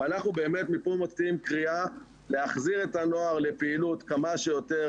ואנחנו באמת מכאן יוצאים בקריאה להחזיר את הנוער לפעילות כמה שיותר